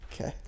okay